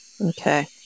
Okay